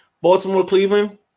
Baltimore-Cleveland